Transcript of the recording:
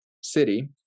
city